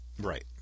Right